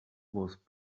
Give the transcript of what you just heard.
was